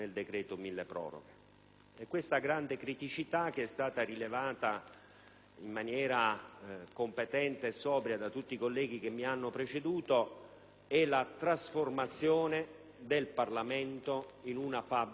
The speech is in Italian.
una terza criticità, che è stata rilevata in maniera competente e sobria da tutti i colleghi che mi hanno preceduto, e che è ravvisabile nella trasformazione del Parlamento in una fabbrica passacarte: